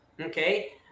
okay